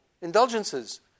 indulgences